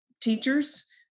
teachers